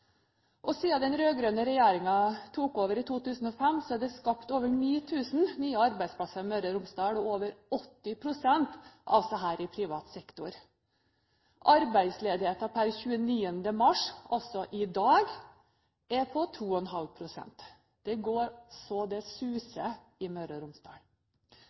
den rød-grønne regjeringen tok over i 2005, er det skapt over 9 000 nye arbeidsplasser i Møre og Romsdal, og over 80 pst. av disse i privat sektor. Arbeidsledigheten per 29. mars, altså i dag, er på 2,5 pst. Det går så det suser i Møre og Romsdal.